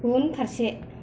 उनफारसे